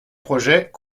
projet